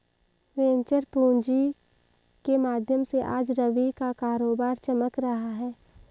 venture पूँजी के माध्यम से आज रवि का कारोबार चमक रहा है